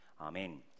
amen